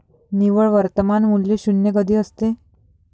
निव्वळ वर्तमान मूल्य शून्य कधी असते?